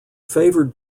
favored